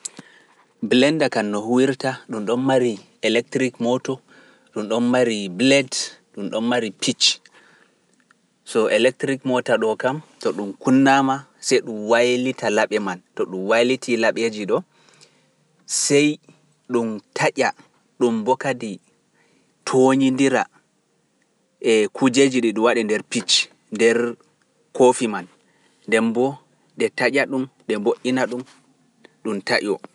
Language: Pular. Blinder kam no huuwirta ɗumɗon mari electric motor ɗum ɗum ɗon mari blade, ɗum ɗon mari peach, so electric motor ɗoo kam so ɗum kunnaama, sey ɗum waylita laɓe man. SO ɗum waylitii laɓeeji ɗoo, sey ɗum taƴa, ɗum boo kadi toonyindira eh - kuujeeji ɗi ɗum waɗi nder peach, nder koofi man, nden boo ɗe taya-ɗum ɗe mbo"ina-ɗum ɗum taƴoo.